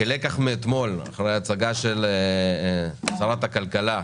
כלקח מאתמול אחרי ההצגה של שרת הכלכלה,